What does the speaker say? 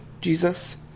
Jesus